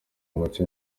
muco